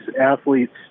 athletes